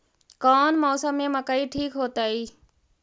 कौन मौसम में मकई ठिक होतइ?